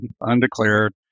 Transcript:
undeclared